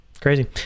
crazy